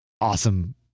awesome